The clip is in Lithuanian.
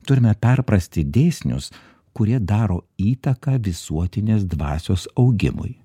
turime perprasti dėsnius kurie daro įtaką visuotinės dvasios augimui